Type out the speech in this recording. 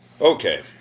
Okay